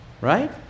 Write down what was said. Right